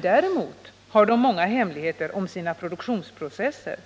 Däremot har de många hemligheter om sina produktionsprocesser,